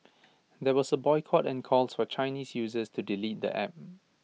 there was A boycott and calls for Chinese users to delete the app